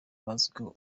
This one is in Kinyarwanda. bazwiho